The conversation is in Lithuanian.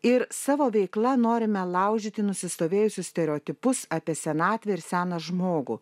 ir savo veikla norime laužyti nusistovėjusius stereotipus apie senatvę ir seną žmogų